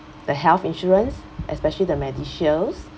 the health insurance especially the medishields